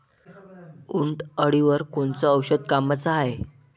उंटअळीवर कोनचं औषध कामाचं हाये?